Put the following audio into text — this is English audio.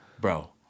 Bro